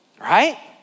right